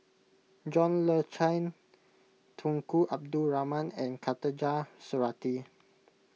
John Le Cain Tunku Abdul Rahman and Khatijah Surattee